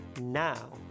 Now